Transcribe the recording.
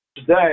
Today